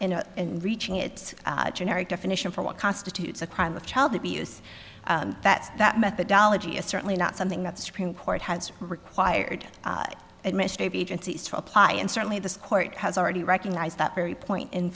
analysis in reaching its generic definition for what constitutes a crime of child abuse that that methodology is certainly not something that the supreme court has required administration agencies to apply and certainly the court has already recognized that very point